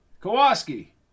Kowalski